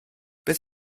beth